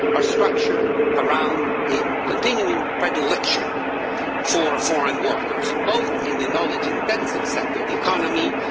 are structured around a continuing predilection for foreign works both in the knowledge-intensive sector of the economy,